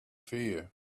fear